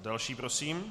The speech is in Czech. Další prosím.